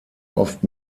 oft